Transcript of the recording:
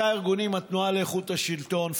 התנועה לאיכות השלטון,